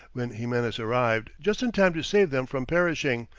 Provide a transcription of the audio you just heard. when ximenes arrived just in time to save them from perishing,